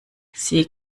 sie